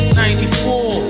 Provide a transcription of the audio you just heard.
94